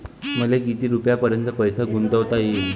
मले किती रुपयापर्यंत पैसा गुंतवता येईन?